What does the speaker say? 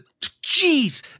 Jeez